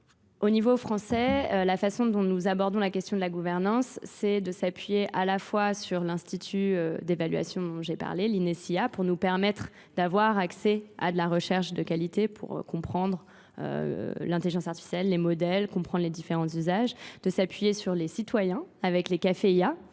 Au niveau français, la façon dont nous abordons la question de la gouvernance, c'est de s'appuyer à la fois sur l'Institut d'évaluation dont j'ai parlé, l'INESIA, pour nous permettre d'avoir accès à de la recherche de qualité pour comprendre l'intelligence artificielle, les modèles, comprendre les différents usages, de s'appuyer sur les citoyens avec les CAFEIA.